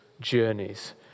journeys